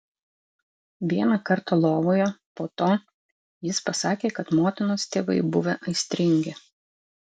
vieną kartą lovoje po to jis pasakė kad motinos tėvai buvę aistringi